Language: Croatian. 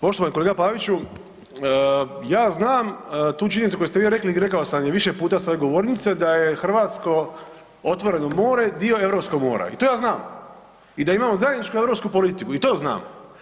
Poštovani kolega Paviću, ja znam, tu činjenicu koju ste vi rekli, rekao sam je više puta s ove govornice da je hrvatsko otvoreno more dio europskog mora i to ja znam i da imamo zajedničku europsku politiku i to znam.